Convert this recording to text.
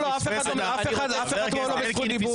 אף אחד לא בזכות דיבור.